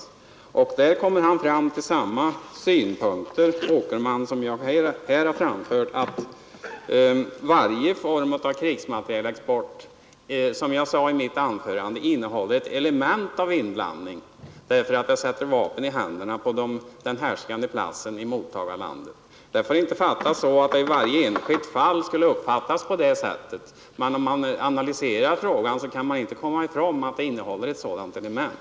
Åkerman kom fram till samma synpunkter som jag här har framfört, nämligen att varje form av krigsmaterielexport innehåller ett element av inblandning därför att den sätter vapen i händerna på den härskande klassen i mottagarlandet. Det får inte tolkas så att det i varje enskilt land skulle uppfattas på det sättet, men om man analyserar frågan kan man inte bortse ifrån att den innehåller ett sådant element.